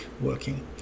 working